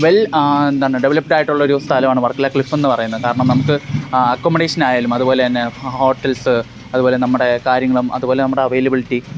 well എന്താണ് developed ആയിട്ടുള്ള ഒരു സ്ഥലമാണ് വർക്കല ക്ലിഫ് എന്ന് പറയുന്നത് കാരണം നമുക്ക് അക്കോമഡേഷൻ ആയാലും അതുപോലെ തന്നെ ഹോട്ടൽസ് അതുപോലെ നമ്മുടെ കാര്യങ്ങളും അതുപോലെ നമ്മടെ അവൈലബിലിറ്റി